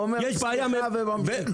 הוא אומר, סליחה, וממשיך.